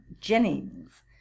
Jennings